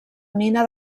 mina